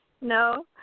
No